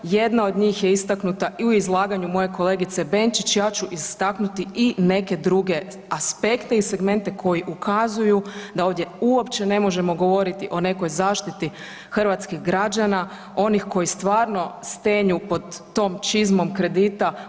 Jedna od njih je istaknuta i u izlaganju moje kolegice Benčić, ja ću istaknuti i neke druge aspekte i segmente koji ukazuju da ovdje uopće ne možemo govoriti o nekoj zaštiti hrvatskih građana, onih koji stvarno stenju pod tom čizmom kredita.